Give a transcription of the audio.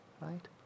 right